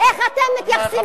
אני מזהיר אותך.